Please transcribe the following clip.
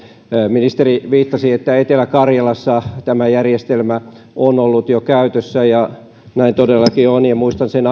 ministeri viittasi että etelä karjalassa tämä järjestelmä on ollut jo käytössä ja näin todellakin on muistan sen